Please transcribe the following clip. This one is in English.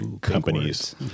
companies